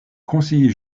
conseiller